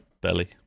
belly